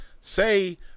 Say